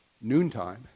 Noontime